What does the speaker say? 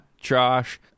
Josh